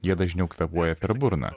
jie dažniau kvėpuoja per burną